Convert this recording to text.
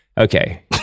Okay